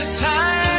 Time